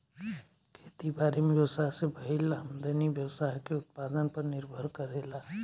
खेती बारी में व्यवसाय से भईल आमदनी व्यवसाय के उत्पादन पर निर्भर करेला